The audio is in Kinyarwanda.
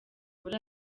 muri